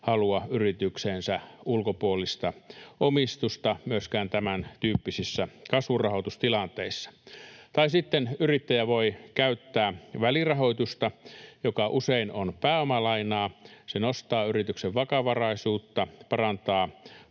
halua yritykseensä ulkopuolista omistusta myöskään tämäntyyppisissä kasvurahoitustilanteissa. Tai sitten yrittäjä voi käyttää välirahoitusta, joka usein on pääomalainaa. Se nostaa yrityksen vakavaraisuutta, parantaa